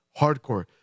Hardcore